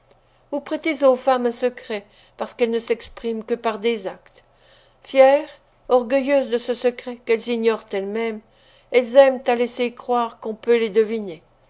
vous prêtez aux femmes un secret parce qu'elles ne s'expriment que par des actes fières orgueilleuses de ce secret qu'elles ignorent elles-mêmes elles aiment à laisser croire qu'on peut les deviner